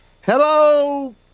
hello